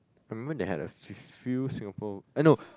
I remember they had a few few Singapore eh no